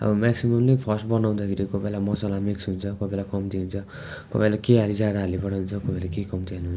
अबो मेक्सिमम् नै फर्स्ट बनाउँदाखेरि कोही बेला मसाला मिक्स हुन्छ कोही बेला कम्ती हुन्छ कोही बेला के हाली ज्यादा हालिपठाउँछ कोही बेला के कम्ती